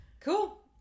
Cool